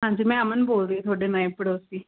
ਹਾਂਜੀ ਮੈਂ ਅਮਨ ਬੋਲ ਰਹੀ ਤੁਹਾਡੇ ਨਵੇਂ ਪੜੋਸੀ